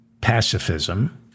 pacifism